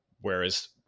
Whereas